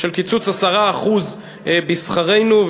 של קיצוץ 10% בשכרנו,